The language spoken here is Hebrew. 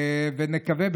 ונקווה,